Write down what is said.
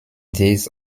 these